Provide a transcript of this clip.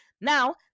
Now